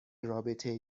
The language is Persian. رابطه